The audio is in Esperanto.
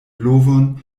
blovon